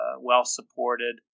well-supported